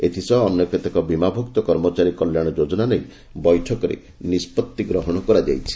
ଏଥିସହ ଅନ୍ୟ କେତେକ ବୀମାଭୁକ୍ତ କର୍ମଚାରୀ କଲ୍ୟାଣ ଯୋଜନା ନେଇ ବୈଠକରେ ନିଷ୍କଭି ନିଆଯାଇଛି